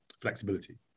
flexibility